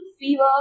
fever